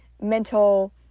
mental